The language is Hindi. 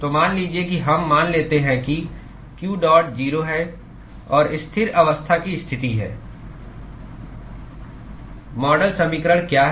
तो मान लीजिए कि हम मान लेते हैं कि q डॉट 0 है और स्थिर अवस्था की स्थिति है मॉडल समीकरण क्या है